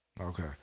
Okay